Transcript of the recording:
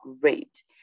great